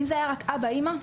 אם זה היה רק אבא ואימא,